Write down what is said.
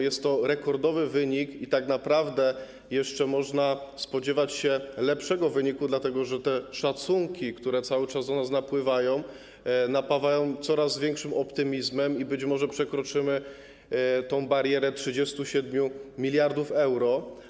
Jest to rekordowy wynik i tak naprawdę można się jeszcze spodziewać lepszego wyniku, dlatego że te szacunki, które cały czas do nas napływają, napawają coraz większym optymizmem i być może przekroczymy tę barierę 37 mld euro.